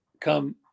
come